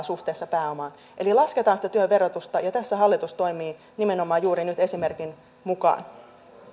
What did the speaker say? suhteessa pääomaan eli lasketaan sitä työn verotusta ja tässä hallitus toimii nimenomaan juuri nyt esimerkin mukaan